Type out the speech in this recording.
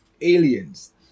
aliens